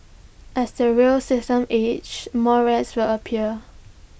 as the rail system ages more rats will appear